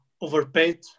overpaid